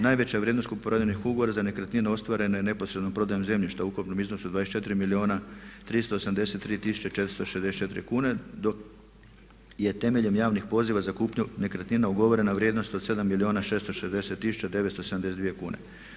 Najveća vrijednost kupoprodajnih ugovora za nekretnine ostvarene neposredno prodajom zemljišta u ukupnom iznosu od 24 milijuna 383 tisuće 464 kune dok je temeljem javnih poziva za kupnju nekretnina ugovorena vrijednost od 7 milijuna 660 tisuća 972 kune.